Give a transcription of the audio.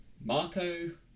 Marco